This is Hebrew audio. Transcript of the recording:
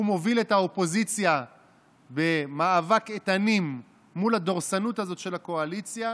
והוא מוביל את האופוזיציה במאבק איתנים מול הדורסנות הזאת של הקואליציה.